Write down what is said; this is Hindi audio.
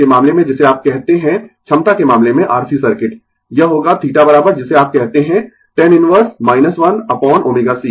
के मामले में जिसे आप कहते है क्षमता के मामले में R C सर्किट यह होगा θ जिसे आप कहते है tan इनवर्स 1 अपोन ω c